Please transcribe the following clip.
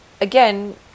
again